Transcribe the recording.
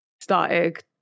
started